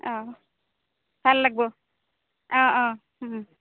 অঁ ভাল লাগিব অঁ অঁ